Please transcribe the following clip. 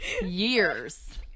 years